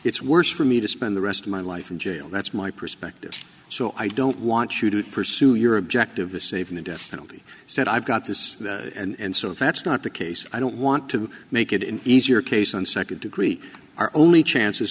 it's worse for me to spend the rest of my life in jail that's my perspective so i don't want you to pursue your objective the saving the death penalty said i've got this and so if that's not the case i don't want to make it in easier case and second degree our only chance